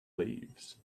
leaves